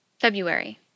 February